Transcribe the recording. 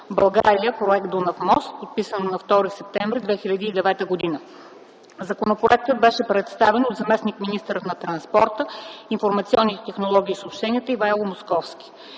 „България – проект Дунав мост”, подписано на 2 септември 2009 г. Законопроектът беше представен от заместник-министъра на транспорта, информационните технологии и съобщенията Ивайло Московски.